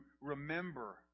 remember